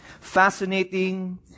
fascinating